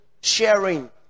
sharing